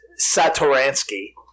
Satoransky